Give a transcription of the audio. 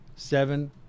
seven